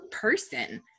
person